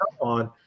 on